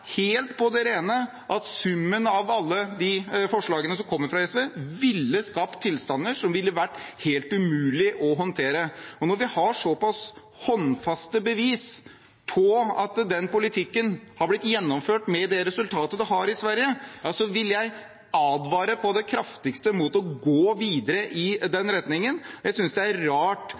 helt på det rene at summen av alle de forslagene som kommer fra SV, ville skapt tilstander som hadde vært helt umulige å håndtere. Og når vi har så pass håndfaste bevis på at den politikken har blitt gjennomført, i Sverige, med det resultatet den har fått, vil jeg advare på det kraftigste mot å gå videre i den retningen. Jeg synes det er rart